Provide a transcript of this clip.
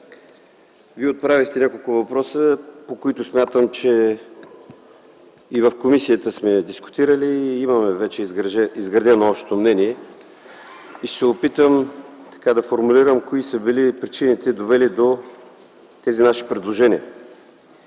Вие отправихте няколко въпроса, които смятам, че сме дискутирали и в комисията и вече имаме изградено общо мнение. Ще се опитам да формулирам кои са били причините, довели до тези наши предложения.